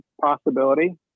possibility